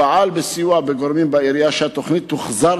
פעל בסיוע גורמים בעירייה כדי שהתוכנית תוחזר